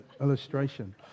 illustration